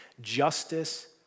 justice